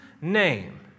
name